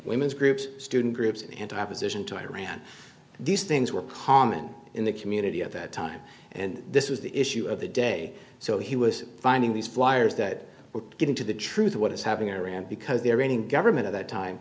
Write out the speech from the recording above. women's groups student groups and to opposition to iran these things were common in the community at that time and this was the issue of the day so he was finding these flyers that were getting to the truth of what is happening in iran because they're running the government at that time